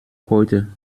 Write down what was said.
heute